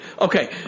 Okay